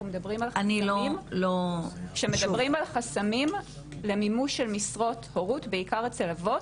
כשמדברים על חסמים למימוש של משרות הורות בעיקר אצל אבות,